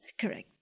Correct